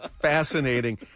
fascinating